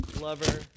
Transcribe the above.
lover